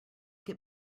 get